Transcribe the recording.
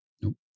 nope